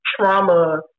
trauma